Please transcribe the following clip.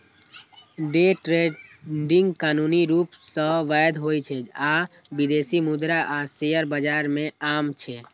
day trading कानूनी रूप सं वैध होइ छै आ विदेशी मुद्रा आ शेयर बाजार मे आम छै